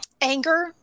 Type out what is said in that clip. anger